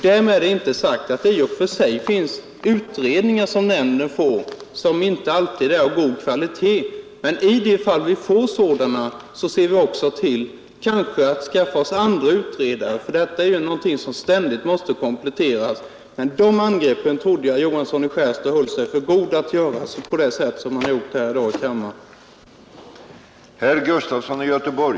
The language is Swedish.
Därmed är inte sagt att det i och för sig inte förekommer att nämnden får utredningar som inte är av god kvalitet, men i de fall vi får sådana ser vi också till att skaffa oss andra utredare, för detta är ju någonting som ständigt måste kompletteras. Jag trodde emellertid att herr Johansson i Skärstad höll sig för god för att göra angrepp på det sätt som han har gjort här i kammaren i dag.